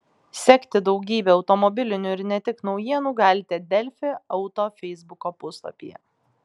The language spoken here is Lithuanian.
sekti daugybę automobilinių ir ne tik naujienų galite delfi auto feisbuko puslapyje